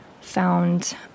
found